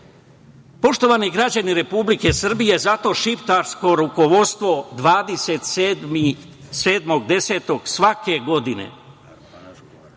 citat. Poštovani građani Republike Srbije, zato šiptarsko rukovodstvo 27. oktobra svake godine